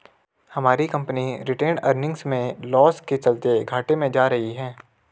हमारी company retained earnings में loss के चलते घाटे में जा रही है